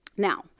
Now